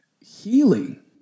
healing